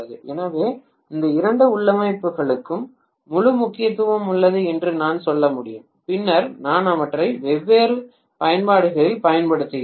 எனவே இந்த இரண்டு உள்ளமைவுகளுக்கும் முழு முக்கியத்துவம் உள்ளது என்று நான் சொல்ல முடியும் பின்னர் நான் அவற்றை வெவ்வேறு பயன்பாடுகளில் பயன்படுத்துகிறேன்